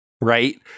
right